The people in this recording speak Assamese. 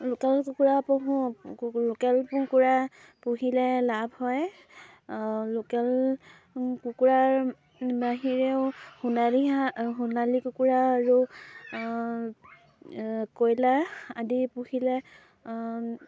লোকেল কুকুৰা পুহো লোকেল কুকুৰা পুহিলে লাভ হয় লোকেল কুকুৰাৰ বাহিৰেও সোণালী হাঁহ সোণালী কুকুৰা আৰু কয়লা আদি পুহিলে